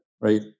right